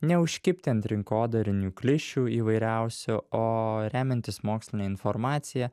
neužkibti ant rinkodarinių klišių įvairiausių o remiantis moksline informacija